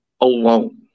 Alone